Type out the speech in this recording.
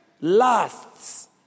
lasts